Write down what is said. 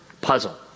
puzzle